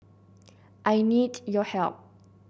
I need your help